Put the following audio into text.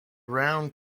round